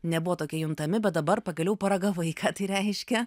nebuvo tokia juntami bet dabar pagaliau paragavai ką tai reiškia